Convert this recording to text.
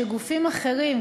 שגופים אחרים,